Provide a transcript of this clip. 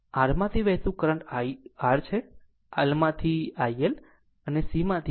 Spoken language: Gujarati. આમ આ Rમાંથી વહેતું કરંટ IR છે L માં IL અને IC છે